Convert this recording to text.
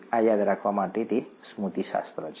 આ યાદ રાખવા માટે તે સ્મૃતિશાસ્ત્ર છે